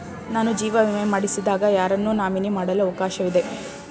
ನಾನು ಜೀವ ವಿಮೆ ಮಾಡಿಸಿದಾಗ ಯಾರನ್ನು ನಾಮಿನಿ ಮಾಡಲು ಅವಕಾಶವಿದೆ?